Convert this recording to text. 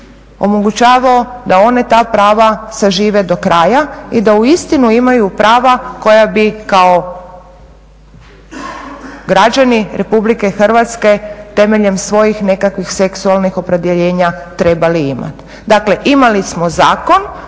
omogućavao da oni ta prava sažive do kraja i da uistinu imaju prava koja bi kao građani RH temeljem svojih nekakvih seksualnih opredjeljenja trebali imati. Dakle, imali smo zakon